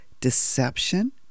deception